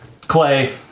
Clay